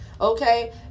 Okay